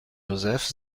joseph